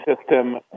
system